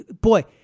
boy